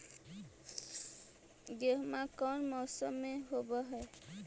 गेहूमा कौन मौसम में होब है?